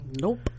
nope